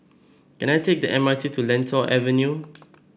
can I take the M R T to Lentor Avenue